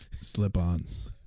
Slip-Ons